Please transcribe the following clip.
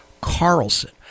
Carlson